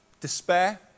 despair